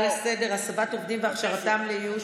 לסדר-היום בנושא הסבת עובדים והכשרתם לאיוש